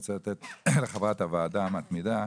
אני רוצה לתת לחברת הוועדה המתמידה,